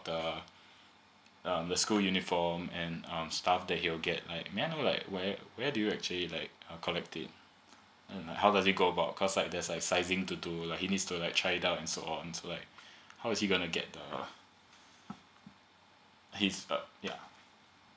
the um school uniform and um stuff that you will get like may I know like where where do you actually like uh collect it mm like how does it go about cause like there is like sizing to do like he needs to like try it out and so on so like how is he gonna get the he's uh ya